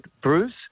Bruce